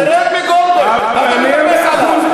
אז תרד מגולדברג, מה אתה מטפס עליו?